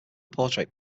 portrait